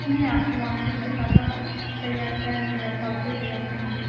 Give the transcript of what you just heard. نہیں آپ کو مونیٹر کے ساتھ ساتھ تیار ٹین لیپ ٹاپس بھی تیار کرنا ہے